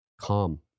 calm